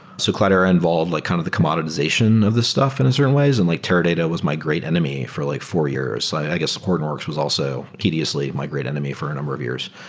so cloudera involved like kind of the commoditization of this stuff and in certain ways and like teradata was my great enemy for like four years. i guess hortonworks was also tediously my great enemy for a number of years.